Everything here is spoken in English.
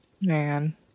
Man